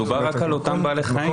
מדובר רק על אותם בעלי חיים,